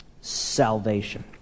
salvation